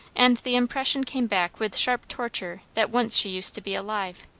and the impression came back with sharp torture that once she used to be alive.